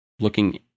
looking